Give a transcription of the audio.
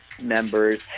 members